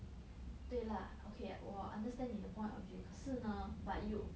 对 lah okay 我 understand 你的 point of view 可是呢 but you